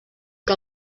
que